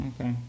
Okay